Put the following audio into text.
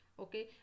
Okay